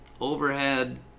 overhead